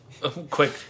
Quick